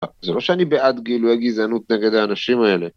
‫זה לא שאני בעד גילויי גזענות ‫נגד האנשים האלה.